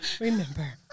Remember